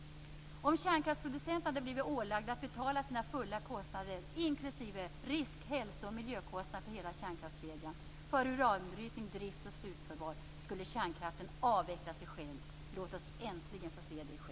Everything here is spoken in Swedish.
Om kärnkraftsproducenterna hade blivit ålagda att betala sina fulla kostnader, inklusive risk-, hälso och miljökostnader för hela kärnkraftskedjan - uranbrytning, drift och slutförvar - skulle kärnkraften avveckla sig själv. Låt oss äntligen få se det ske!